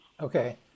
Okay